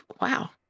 wow